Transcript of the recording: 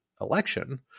election